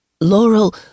Laurel